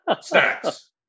snacks